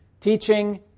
teaching